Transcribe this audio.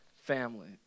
family